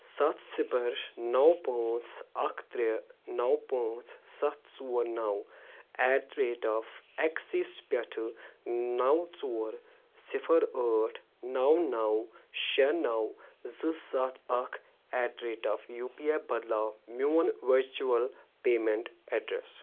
سَتھ صِفر نَو پٲنٛژھ اَکھ ترٛےٚ نَو پٲنٛژھ سَتھ ژور نَو at the rate of axis پٮ۪ٹھٕ نَو ژور صِفر ٲٹھ نَو نَو شےٚ نَو زٕ سَتھ اَکھ at the rate of U P I بدلاو میٛون ؤرچُوَل پیمٮ۪نٛٹ ایڈریس